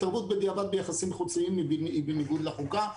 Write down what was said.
התערבות בדיעבד ביחסים חוזיים היא בניגוד לחוקה,